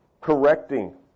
Correcting